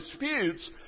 disputes